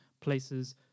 places